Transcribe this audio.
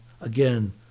again